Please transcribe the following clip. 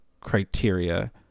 criteria